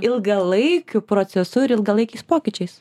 ilgalaikiu procesu ir ilgalaikiais pokyčiais